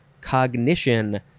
cognition